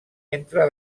entre